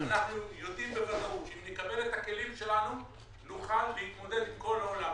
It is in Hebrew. אנחנו יודעים בוודאות שאם נקבל את הכלים נוכל להתמודד עם כל העולם,